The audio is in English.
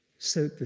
so,